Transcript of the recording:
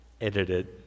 edited